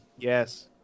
Yes